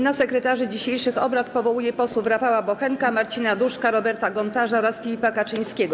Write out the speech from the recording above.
Na sekretarzy dzisiejszych obrad powołuję posłów Rafała Bochenka, Marcina Duszka, Roberta Gontarza oraz Filipa Kaczyńskiego.